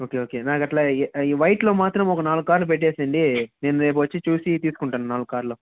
okay okay నాకు అలా ఈ ఈ వైట్లో మాత్రం ఒక నాలుగు కార్లు పెట్టేసేయండి నేను రేపు వచ్చి చూసి తీసుకుంటాను నాలుగు కార్లు